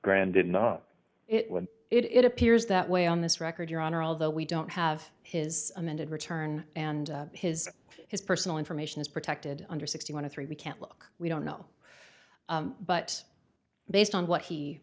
grand did not it when it appears that way on this record your honor although we don't have his amended return and his his personal information is protected under sixty one of three we can't look we don't know but based on what he